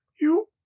You